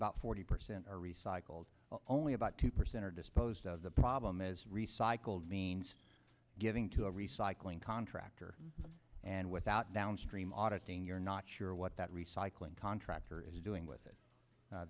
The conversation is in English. about forty percent are recycled only about two percent are disposed of the problem is recycled means getting to a recycling contractor and without downstream auditing you're not sure what that recycling contractor is doing with it